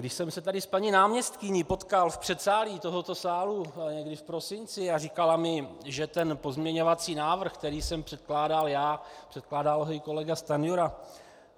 Když jsem se tady s paní náměstkyní potkal v předsálí tohoto sálu někdy v prosinci a říkala mi, že ten pozměňovací návrh, který jsem předkládal já, předkládal ho i kolega Stanjura,